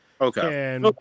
Okay